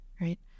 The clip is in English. right